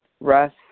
Russ